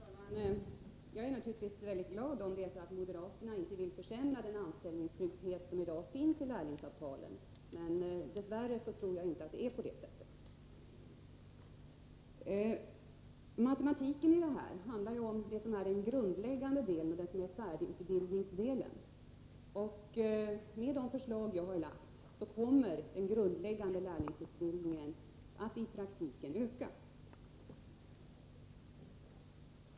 Herr talman! Jag blir naturligtvis mycket glad om moderaterna inte vill försämra den anställningstrygghet som i dag finns i lärlingsavtalen. Dess värre tror jag inte att det är på det sättet. Matematiken i denna fråga handlar om den grundläggande delen och färdigutbildningsdelen. Med de förslag som jag har lagt fram kommer den grundläggande lärlingsutbildningen att i praktiken öka.